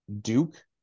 Duke